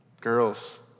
girls